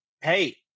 hey